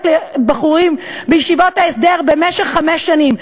לבחורים בישיבות ההסדר במשך חמש שנים,